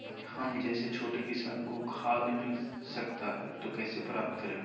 हम जैसे छोटे किसान को खाद मिलता सकता है तो कैसे प्राप्त करें?